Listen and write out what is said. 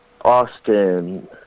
Austin